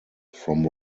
from